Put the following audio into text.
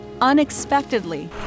unexpectedly